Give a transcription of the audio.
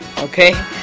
okay